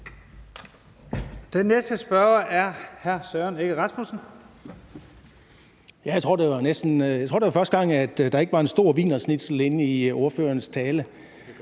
Rasmussen. Kl. 15:56 Søren Egge Rasmussen (EL): Jeg tror, det var første gang, at der ikke var en stor wienerschnitzel i ordførerens tale.